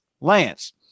Lance